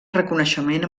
reconeixement